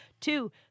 Two